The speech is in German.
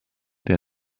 der